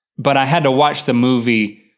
but i had to watch the movie,